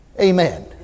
Amen